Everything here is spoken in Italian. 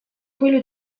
quello